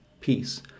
peace